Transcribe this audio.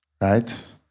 Right